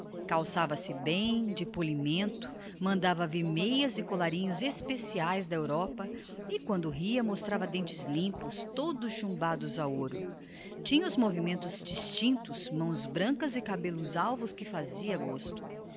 calçava se com esmero de polimento mandava buscar da europa para seu uso meias e colarinhos especiais e quando ria mostrava dentes limpos todos chumbados a ouro tinha os movimentos distintos mãos brancas e cabelos alvos que fazia gosto